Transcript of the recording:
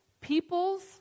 people's